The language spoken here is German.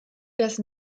das